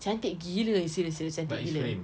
cantik gila serious serious cantik gila